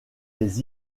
les